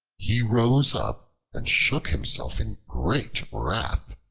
he rose up and shook himself in great wrath,